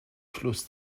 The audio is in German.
fluss